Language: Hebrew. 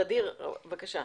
ע'דיר בבקשה.